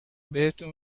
بهتون